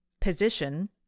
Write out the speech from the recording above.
position